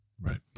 Right